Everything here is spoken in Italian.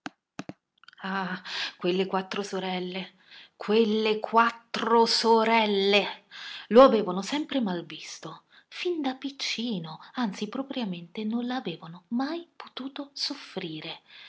quelle quattro sorelle quelle quattro sorelle lo avevano sempre malvisto fin da piccino anzi propriamente non lo avevano mai potuto soffrire